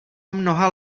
mnoha